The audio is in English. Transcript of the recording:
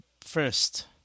first